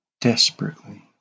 desperately